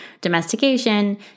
domestication